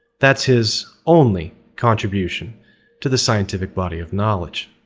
that's his only contribution to the scientific body of knowledge.